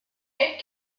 elf